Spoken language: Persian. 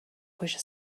پشت